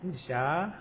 你 sia